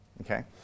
okay